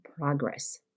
progress